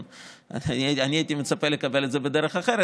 אני הייתי מצפה לקבל את זה בדרך אחרת,